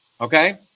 Okay